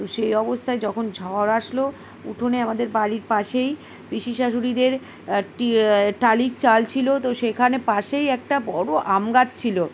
তো সেই অবস্থায় যখন ঝড় আসলো উঠোনে আমাদের বাড়ির পাশেই কৃষি শাশুড়িদের টি টালির চাল ছিল তো সেখানে পাশেই একটা বড়ো আমগাছ ছিলো